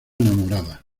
enamorada